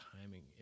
timing